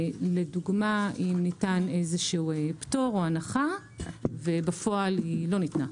לדוגמה אם ניתן איזה שהוא פטור או הנחה ובפועל היא לא ניתנה,